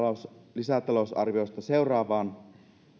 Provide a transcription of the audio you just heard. lisätalousarviosta seuraavaan